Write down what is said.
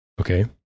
Okay